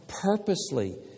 Purposely